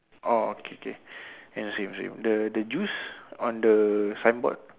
oh okay K ya same same the the juice on the signboard